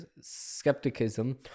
skepticism